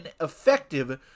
effective